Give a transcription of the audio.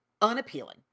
unappealing